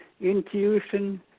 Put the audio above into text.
intuition